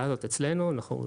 אצלנו.